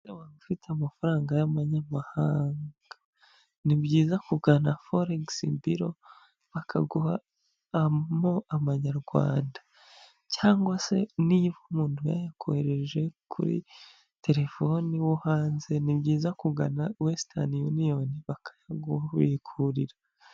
Waba ufite amafaranga y'amanyamahanga? Ni byiza kugana forex bureau bakaguhamo amanyarwanda, cyangwa se niba umuntu yayakohereje kuri telefone wo hanze ni byiza kugana Western union bakayakubikurira.